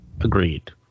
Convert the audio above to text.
Agreed